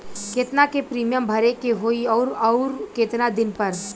केतना के प्रीमियम भरे के होई और आऊर केतना दिन पर?